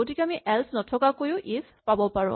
গতিকে আমি এল্চ নথকাকৈও ইফ পাব পাৰো